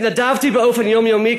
התנדבתי באופן יומיומי,